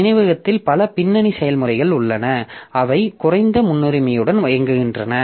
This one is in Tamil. நினைவகத்தில் பல பின்னணி செயல்முறைகள் உள்ளன அவை குறைந்த முன்னுரிமையுடன் இயங்குகின்றன